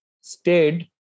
stayed